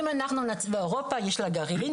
אירופה יש לה גרעין,